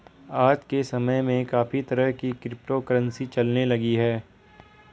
आज के समय में काफी तरह की क्रिप्टो करंसी चलने लगी है